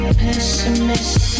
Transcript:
pessimist